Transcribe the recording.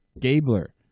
Gabler